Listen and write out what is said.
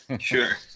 Sure